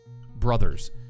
brothers